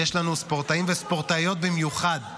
יש לנו ספורטאים, וספורטאיות במיוחד,